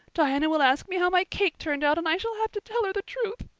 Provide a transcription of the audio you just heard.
diana will ask me how my cake turned out and i shall have to tell her the truth.